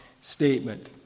statement